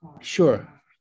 Sure